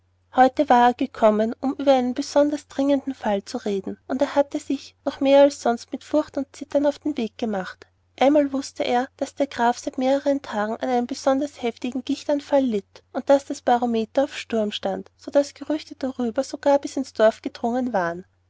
heute war er gekommen um über einen besonders dringenden fall zu reden und er hatte sich noch mehr als sonst mit furcht und zittern auf den weg gemacht einmal wußte er daß der graf seit mehreren tagen an einem besonders heftigen gichtanfall litt und daß das barometer auf sturm stand so daß gerüchte darüber sogar bis ins dorf gedrungen waren